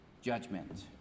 judgment